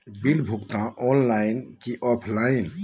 Bill भुगतान online है की ऑफलाइन?